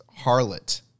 harlot